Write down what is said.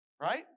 right